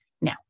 Now